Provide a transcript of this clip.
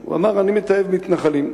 הוא אמר: "אני מתעב מתנחלים".